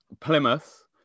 plymouth